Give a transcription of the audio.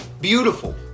beautiful